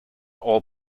all